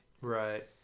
Right